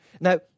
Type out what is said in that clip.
Now